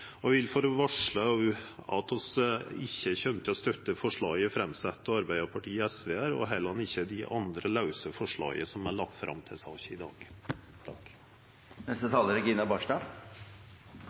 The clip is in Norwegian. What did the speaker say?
og eg vil få varsla at vi ikkje kjem til å støtta forslaget sett fram av Arbeidarpartiet og SV, og heller ikkje dei andre lause forslaga som er lagde fram til saka i dag.